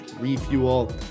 refuel